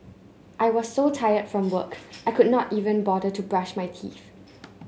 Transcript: I was so tired from work I could not even bother to brush my teeth